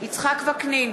יצחק וקנין,